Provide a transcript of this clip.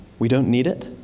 we don't need it.